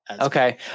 Okay